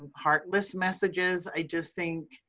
heartless messages, i just think,